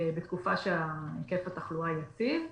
בתקופה שבה היקף התחלואה יציב,